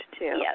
yes